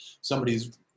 somebody's